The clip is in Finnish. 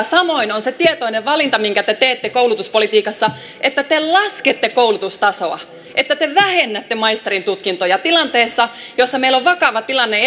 samoin on se tietoinen valinta minkä te teette koulutuspolitiikassa että te laskette koulutustasoa että te vähennätte maisterintutkintoja tilanteessa jossa meillä on se vakava tilanne